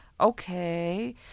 Okay